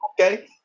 Okay